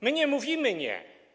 My nie mówimy „nie”